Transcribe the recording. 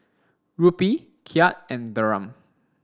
Rupee Kyat and Dirham